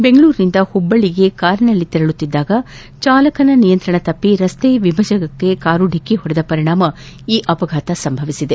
ಬೆಂಗಳೂರಿನಿಂದ ಹುಬ್ಬಳ್ಳಿಗೆ ಕಾರಿನಲ್ಲಿ ತೆರಳುತ್ತಿದ್ದಾಗ ಚಾಲಕನ ನಿಯಂತ್ರಣ ತಪ್ಪಿ ರಸ್ತೆ ವಿಭಜಕಕ್ಕೆ ಕಾರು ಡಿಕ್ಕೆ ಹೊಡೆದ ಪರಿಣಾಮ ಈ ಅಪಘಾತ ಸಂಭವಿಸಿದೆ